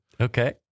Okay